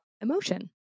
emotion